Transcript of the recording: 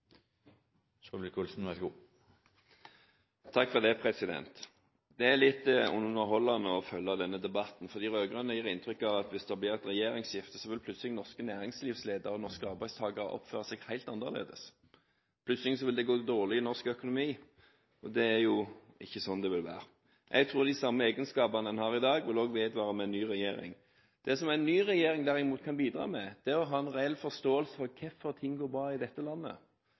litt underholdende å følge denne debatten, for de rød-grønne gir inntrykk av at hvis det blir et regjeringsskifte, så vil plutselig norske næringslivsledere og norske arbeidstakere oppføre seg helt annerledes – plutselig vil det gå dårlig i norsk økonomi. Det er ikke slik det vil være. Jeg tror de samme egenskapene en har i dag, vil vedvare med en ny regjering. Det som en ny regjering derimot kan bidra med, er å ha en reell forståelse for hvorfor ting går bra i dette landet.